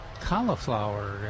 cauliflower